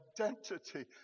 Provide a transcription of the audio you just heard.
identity